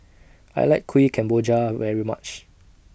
I like Kuih Kemboja very much